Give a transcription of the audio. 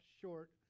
short